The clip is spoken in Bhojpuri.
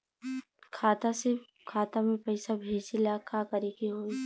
खाता से खाता मे पैसा भेजे ला का करे के होई?